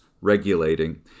regulating